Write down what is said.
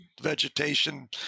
vegetation